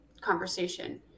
conversation